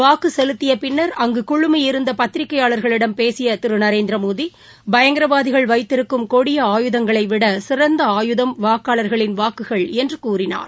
வாக்கு செலுத்திய பின்னர் அங்கு குழுமியிருந்த பத்திரிகையாளர்களிடம் பேசிய திரு நரேந்திரமோடி பயங்கரவாதிகள் வைத்திருக்கும் கொடிய ஆயுதங்களைவிட சிறந்த ஆயுதம் வாக்காளர்களின் வாக்குகள் என்று கூறினார்